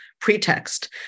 pretext